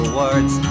words